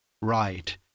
Right